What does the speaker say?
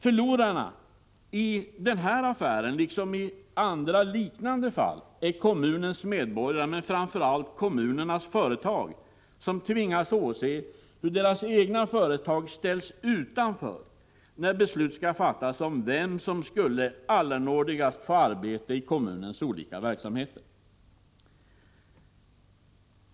Förlorarna i den här affären, liksom i andra liknande fall, är kommunens medborgare, men framför allt kommunens företag, som tvingas åse hur deras egna företag ställs utanför när beslut skall fattas om vem som allernådigst skall få arbete i kommunens olika verksamheter.